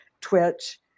twitch